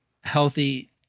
healthy